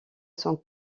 sont